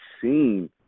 seen